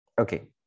Okay